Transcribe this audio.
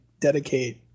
dedicate